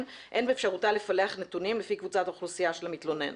באפשרותה לפלח נתונים לפי קבוצת האוכלוסייה של המתלונן.